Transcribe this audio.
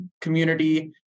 community